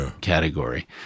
category